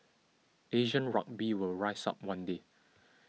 Asian rugby would rise up one day